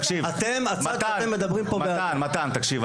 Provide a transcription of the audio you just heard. תקשיב,